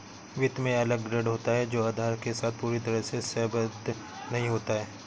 वित्त में अलग ग्रेड होता है जो आधार के साथ पूरी तरह से सहसंबद्ध नहीं होता है